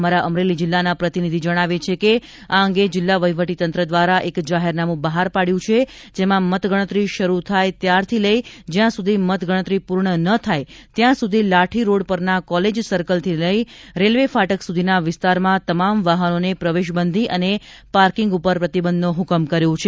અમારા અમરેલીના જીલ્લાના પ્રતિનિધિ જણાવે છે કે આ અંગે જિલ્લા વહીવટીતંત્ર દ્વારા એક જાહેરનામુ બહાર પાડ્યું છે જેમાં મતગણતરી શરૂ થાય ત્યારથી લઇ જ્યાં સુધી મતગણતરી પૂર્ણ ન થાય ત્યાં સુધી લાઠી રોડ પરના કોલેજ સર્કલથી લઇ રેલવે ફાટક સુધીના વિસ્તારમાં તમામ વાહનોને પ્રવેશ બંધી અને ર્પાકિંગ પર પ્રતિબંધનો હુકમ કર્યો છે